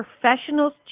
professionals